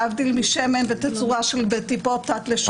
להבדיל משמן בתצורה של טיפול תת-לשוניות.